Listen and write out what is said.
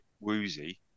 woozy